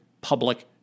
public